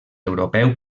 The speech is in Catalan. europeu